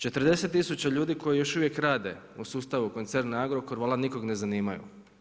40 tisuća ljudi koji još uvijek rade u sustavu koncerna Agrokor valjda nikoga ne zanimaju.